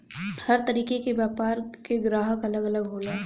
हर तरीके क व्यापार के ग्राहक अलग अलग होला